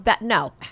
No